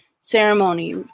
ceremony